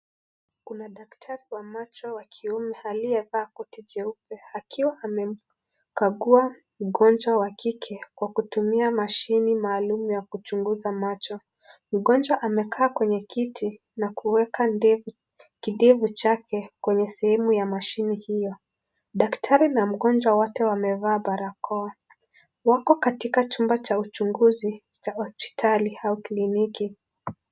Kuna daktari wa macho wa kiume aliyevaa koti jeupe akiwa amemkagua mgonjwa wa kike, kwa kutumia mashine maalum ya kuchunguza macho. Mgonjwa amekaa kwenye kiti, na kuweka kidevu chake, kwenye sehemu ya mashine hiyo. Daktari na mgonjwa wote wamevaa barakoa. Wako katika chumba cha uchunguzi, cha hospitali au kliniki.